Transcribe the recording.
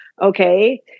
Okay